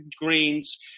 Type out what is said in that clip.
greens